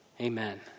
Amen